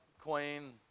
queen